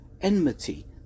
enmity